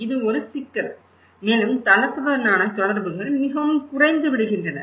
இது ஒரு சிக்கல் மேலும் தளத்துடனான தொடர்புகள் மிகவும் குறைந்துவிடுகின்றன